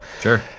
sure